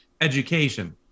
Education